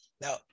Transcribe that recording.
Now